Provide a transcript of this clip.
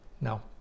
now